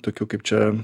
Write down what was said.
tokių kaip čia